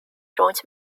joint